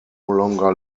longer